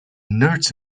nerds